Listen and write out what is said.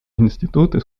институты